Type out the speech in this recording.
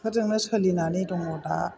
बेफोरजोंनो सोलिनानै दङ दा